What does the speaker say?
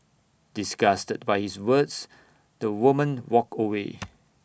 disgusted by his words the woman walked away